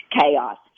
chaos